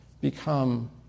become